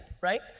right